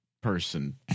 person